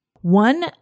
One